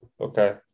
Okay